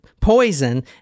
poison